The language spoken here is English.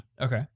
Okay